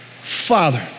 Father